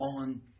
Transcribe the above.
on